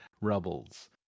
Rebels